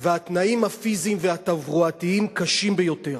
והתנאים הפיזיים והתברואתיים קשים ביותר.